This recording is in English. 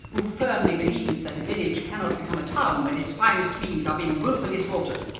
who firmly believes that a village cannot become a town when its finest bees are being wilfully slaughtered!